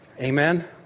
Amen